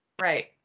Right